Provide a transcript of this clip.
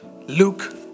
Luke